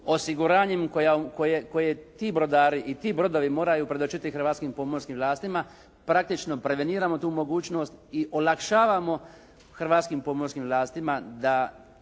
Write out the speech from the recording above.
osiguranjem koje ti brodari i brodovi moraju predočiti hrvatskim pomorskim vlastima praktično preveniramo tu mogućnost i olakšavamo hrvatskim pomorskim vlastima da